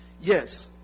Yes